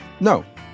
no